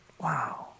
Wow